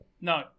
No